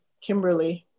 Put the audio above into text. Kimberly